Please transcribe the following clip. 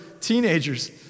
teenagers